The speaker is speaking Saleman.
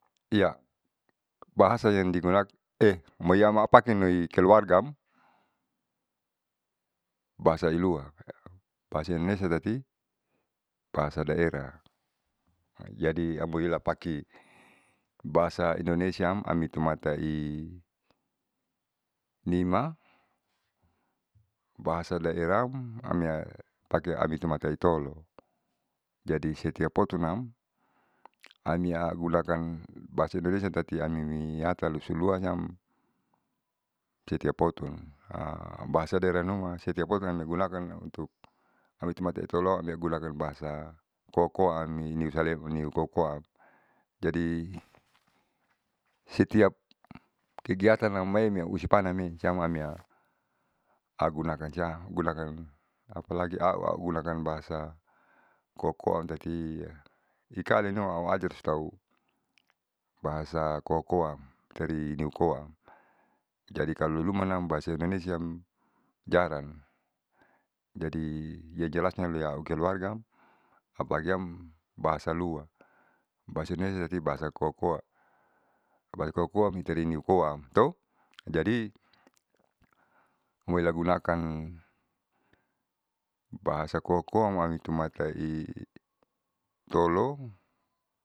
Iya bahasa yang digu amoiya pakin keluargam bahasa ilua bahasa yang lesa tati bahasa daerah. jadi amoi lapakin bahasa indonesiam itumatai nima bahasa daeraham amia paki umatanitolo. Jadi setiap potunam am iya auhulatan bahasa indonesia tati animitalusuluatam setiap potun bhasa daerah numa setiap potunam digunakan untuk amitumaituloan iagunakan bahasa koakoa niu koakoaam jadi setiap kegiatan namaeme usupaname siam amea augunakan siam gunakan apalagi au augunakan bahasa koakoam tati ikaali numa auhadir sutau bahasa koakoaam dari niukoaam. Jadi kalo lumanam bahasa indonesiaam jaran jadi yang jelasnya luiakeluargaam apalagiam bahasa lua bahasa indonesia tati bahasa koakoa bahasa koakoa itari niukoam to jadi hamoilagunakan bahasa koakoa anutumatai tolo.